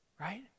right